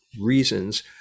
reasons